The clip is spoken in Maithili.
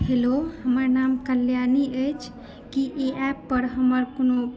हैलो हमर नाम कल्याणी अछि की ई एप पर हमर कोनो